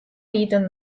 egiten